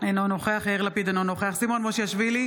אינו נוכח יאיר לפיד, אינו נוכח סימון מושיאשוילי,